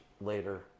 later